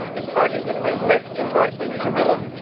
in fighting between left and right-wing guerrillas,